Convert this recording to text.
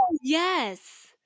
yes